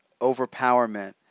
overpowerment